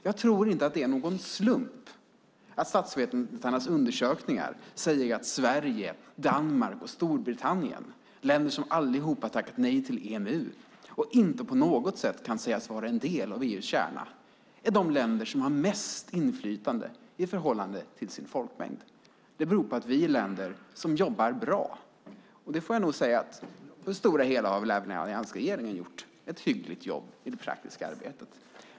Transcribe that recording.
Jag tror inte att det är någon slump att statsvetarnas undersökningar säger att Sverige, Danmark och Storbritannien, länder som alla sagt nej till EMU och inte på något sätt kan sägas vara en del av EU:s kärna, är de länder som har mest inflytande i förhållande till sin folkmängd. Det beror på att vi är länder som jobbar bra. Jag får nog säga att alliansregeringen på det stora hela har gjort ett hyggligt jobb i det praktiska arbetet.